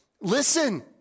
listen